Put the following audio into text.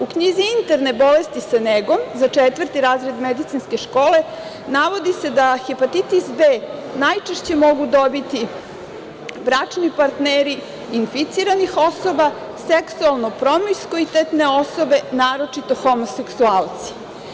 U knjizi „Interne bolesti sa negom“ za četvrti razred Medicinske škole navodi se da Hepatitis B najčešće mogu dobiti bračni partneri inficiranih osoba, seksualno promiskuitetne osobe, naročito homoseksualci.